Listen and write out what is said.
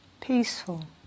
peaceful